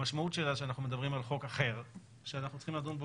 המשמעות שלה שאנחנו מדברים על חוק אחר שאנחנו צריכים לדון בו